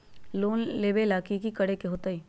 Loan लेबे ला की कि करे के होतई?